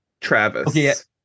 travis